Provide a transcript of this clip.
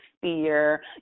fear